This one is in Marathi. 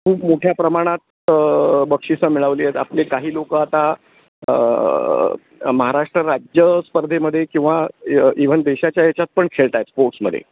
खूप मोठ्या प्रमाणात बक्षिसं मिळवली आहे आहेत आपले काही लोक आता महाराष्ट्र राज्य स्पर्धेमध्ये किंवा इव्हन देशाच्या याच्यात पण खेळत आहेत स्पोर्ट्समध्ये